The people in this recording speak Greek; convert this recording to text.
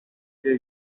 και